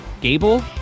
Gable